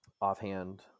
offhand